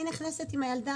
גבי נבון,